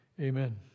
amen